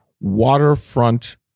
waterfront